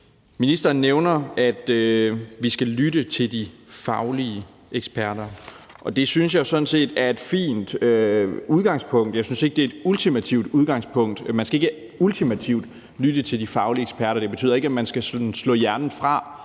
Ministeren nævner, at vi skal lytte til de faglige eksperter, og det synes jeg sådan set er et fint udgangspunkt. Jeg synes ikke, det er et ultimativt udgangspunkt. Man skal ikke ultimativt lytte til de faglige eksperter; det betyder ikke, at man sådan skal slå hjernen fra